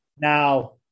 Now